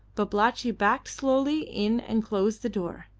babalatchi backed slowly in and closed the door,